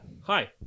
Hi